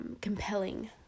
compelling